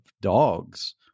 dogs